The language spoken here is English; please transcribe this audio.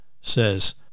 says